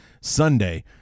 Sunday